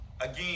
Again